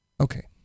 Okay